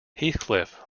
heathcliff